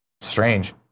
strange